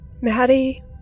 Maddie